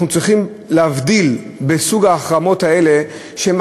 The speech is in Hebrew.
אנחנו צריכים להבדיל בין סוגי ההחרמות האלה שהן